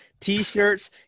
T-shirts